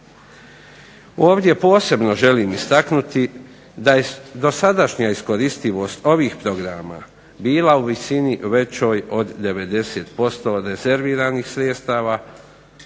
Ovdje posebno želim istaknuti da je dosadašnja iskoristivost ovih programa bila u visini većoj od 50% od rezerviranih sredstava